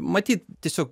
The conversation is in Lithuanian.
matyt tiesiog